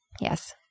Yes